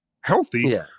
healthy